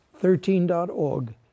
13.org